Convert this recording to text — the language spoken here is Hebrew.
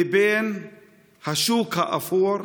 לבין השוק האפור,